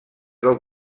del